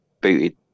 booted